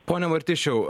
pone martišiau